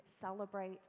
celebrate